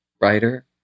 writer